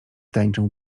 tańczył